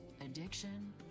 addiction